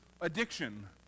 addiction